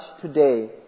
today